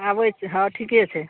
आबय हँ ठीके छै